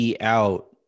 out